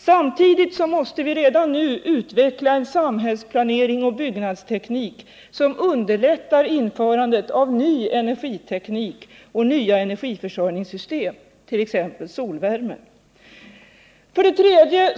Samtidigt måste vi redan nu utveckla en samhällsplanering och byggnadsteknik som underlättar införan det av ny energiteknik och nya energiförsörjningssystem, t.ex. solvärme. 3.